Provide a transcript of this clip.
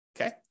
okay